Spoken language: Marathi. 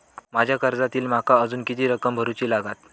माझ्या कर्जातली माका अजून किती रक्कम भरुची लागात?